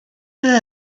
peu